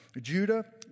Judah